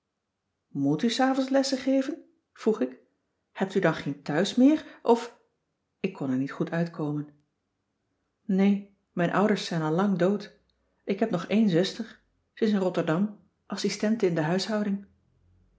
moèt u s avonds lessen geven vroeg ik hebt u dan geen thuis meer of ik kon er niet goed uitkomen nee mijn ouders zijn al lang dood ik heb nog eèn zuster ze is in rotterdam assistente in de huishouding